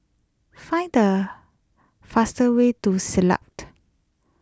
find the faster way to say lapt